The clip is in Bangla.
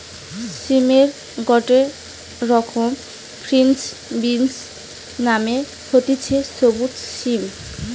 সিমের গটে রকম ফ্রেঞ্চ বিনস মানে হতিছে সবুজ সিম